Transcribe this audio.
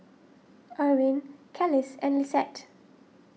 Erwin Kelis and Lissette